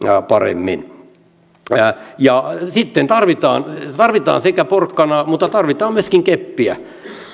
paremmin sitten tarvitaan tarvitaan porkkanaa mutta tarvitaan myöskin keppiä